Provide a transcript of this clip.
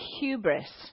hubris